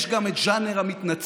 יש גם את ז'אנר המתנצלים,